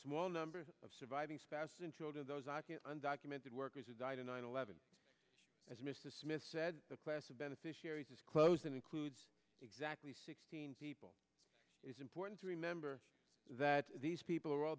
small number of surviving spouse and children those and documented workers who died in nine eleven as mr smith said the class of beneficiaries is closing includes exactly sixteen people it's important to remember that these people are all